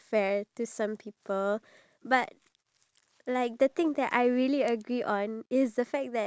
it's just that maybe if you want your pay to rise then you shouldn't blame the government you should blame your